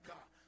God